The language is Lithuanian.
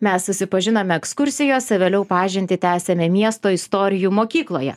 mes susipažinome ekskursijose vėliau pažintį tęsėme miesto istorijų mokykloje